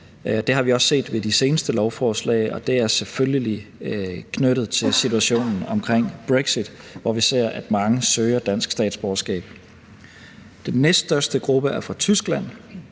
det har vi også set ved de seneste lovforslag, og det er selvfølgelig knyttet til situationen omkring brexit, hvor vi ser, at mange søger dansk statsborgerskab. Den næststørste gruppe er fra Tyskland,